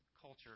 culture